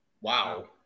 Wow